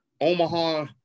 Omaha